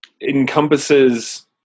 encompasses